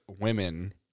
women